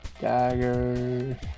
Dagger